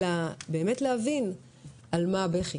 אלא באמת להבין על מה הבכי?